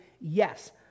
yes